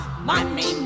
Money